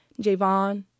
Javon